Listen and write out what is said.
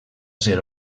ser